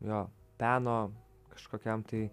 jo peno kažkokiam tai